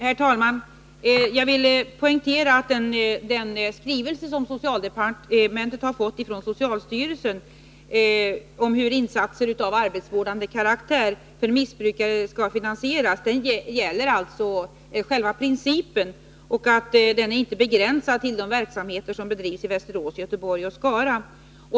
Herr talman! Jag vill poängtera att den skrivelse som socialdepartementet har fått från socialstyrelsen om hur insatser av arbetsvårdande karaktär för missbrukare skall finansieras gäller själva principen. Den är inte begränsad till de verksamheter som bedrivs i Västerås, Göteborg och Skara.